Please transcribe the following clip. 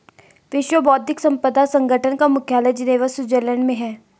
विश्व बौद्धिक संपदा संगठन का मुख्यालय जिनेवा स्विट्जरलैंड में है